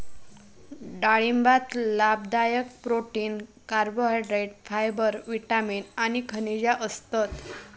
डाळिंबात लाभदायक protein, carbohydrate, fibre, vitamin आणि खनिजा असतत